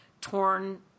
torn